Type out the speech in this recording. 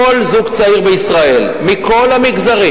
כל זוג צעיר בישראל, מכל המגזרים,